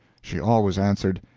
she always answered,